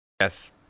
Yes